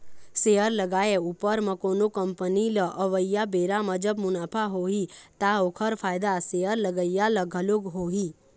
share लगाए उपर म कोनो कंपनी ल अवइया बेरा म जब मुनाफा होही ता ओखर फायदा शेयर लगइया ल घलोक होही